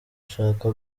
ashaka